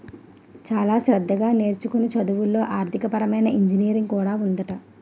చాలా శ్రద్ధగా నేర్చుకునే చదువుల్లో ఆర్థికపరమైన ఇంజనీరింగ్ కూడా ఉందట